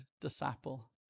disciple